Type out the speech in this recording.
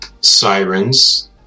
sirens